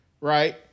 right